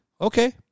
Okay